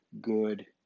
good